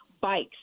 bikes